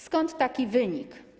Skąd taki wynik?